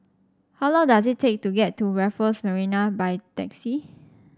how long does it take to get to Raffles Marina by taxi